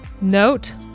note